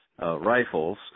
rifles